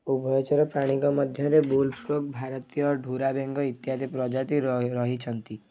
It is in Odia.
ଉଭୟଚର ପ୍ରାଣୀଙ୍କ ମଧ୍ୟରେ ବୁଲ୍ଫ୍ରୋଗ୍ ଭାରତୀୟ ଢୁରା ବେଙ୍ଗ ଇତ୍ୟାଦି ପ୍ରଜାତିର ରହି ରହିଛନ୍ତି